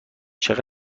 چقدر